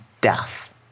death